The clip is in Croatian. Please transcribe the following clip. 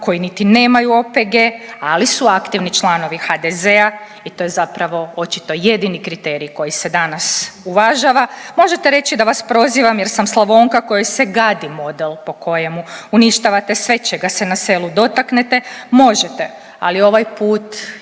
koji niti nemaju OPG, ali su aktivni članovi HDZ-a i to je zapravo očito jedini kriterij koji se danas uvažava. Možete reći da vas prozivam jer sam Slavonka kojoj se gadi model po kojemu uništavate sve čega se na selu dotaknete, možete, ali ovaj put